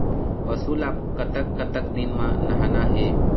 पशु ला कतक कतक दिन म नहाना हे?